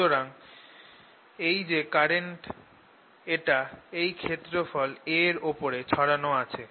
সুতরাং এই যে কারেন্ট এটা এই ক্ষেত্রফল A এর ওপর ছড়ানো আছে